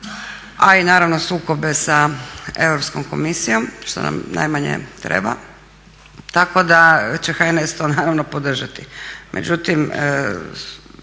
a i naravno sukobe sa Europskom komisijom što nam najmanje treba tako da će HNS to naravno podržati.